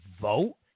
vote